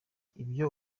ibyo